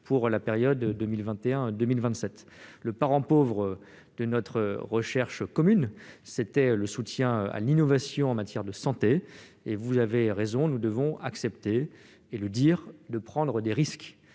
pour la période allant de 2021 à 2027. Le parent pauvre de notre recherche commune était le soutien à l'innovation en matière de santé. Or, vous avez raison, nous devons accepter de prendre des risques.